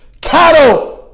cattle